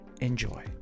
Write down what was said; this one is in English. Enjoy